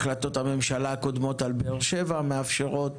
החלטות הממשלה הקודמות על באר שבע מאפשרות